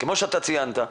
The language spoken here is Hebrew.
כמו שאתה ציינת,